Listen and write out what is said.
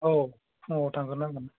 औ फुङाव थांग्रोनांगोन